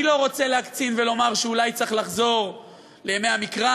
אני לא רוצה להקצין ולומר שאולי צריך לחזור לימי המקרא